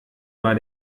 war